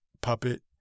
puppet